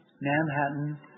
Manhattan